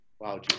Wow